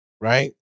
right